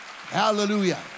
Hallelujah